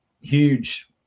huge